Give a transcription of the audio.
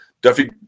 Duffy